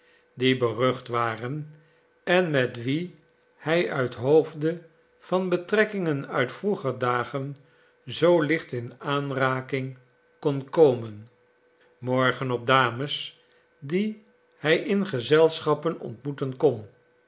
die berucht waren en met wie hij uit hoofde van betrekkingen uit vroeger dagen zoo licht in aanraking kon komen morgen op dames die hij in gezelschappen ontmoeten kon